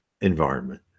environment